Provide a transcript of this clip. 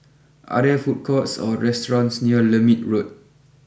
are there food courts or restaurants near Lermit Road